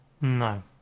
No